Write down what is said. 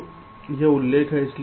तो यह उल्लेख है